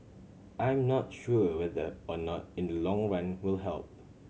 I'm not sure whether or not in the long run will help